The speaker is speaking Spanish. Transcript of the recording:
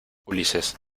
ulises